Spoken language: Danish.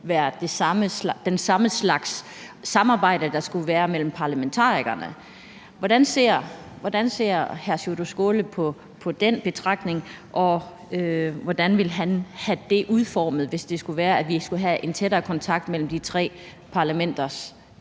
være den samme slags samarbejde, der skal være mellem parlamentarikerne. Hvordan ser hr. Sjúrður Skaale på den betragtning, og hvordan vil han have det udformet, hvis det skal være sådan, at vi skal have en tættere kontakt mellem de tre parlamenters